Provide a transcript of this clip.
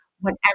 whenever